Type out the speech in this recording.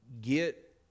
Get